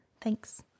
Thanks